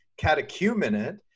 catechumenate